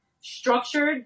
structured